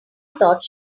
thought